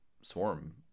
Swarm